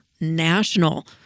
national